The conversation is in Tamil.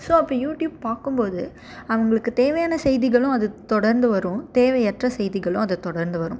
ஸோ அப்போ யூடியூப் பார்க்கும்போது அவங்களுக்கு தேவையான செய்திகளும் அதை தொடர்ந்து வரும் தேவையற்ற செய்திகளும் அதை தொடர்ந்து வரும்